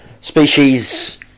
species